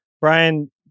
Brian